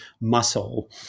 muscle